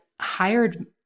hired